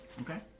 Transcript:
Okay